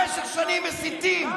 במשך שנים מסיתים.